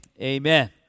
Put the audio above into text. amen